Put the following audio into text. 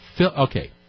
Okay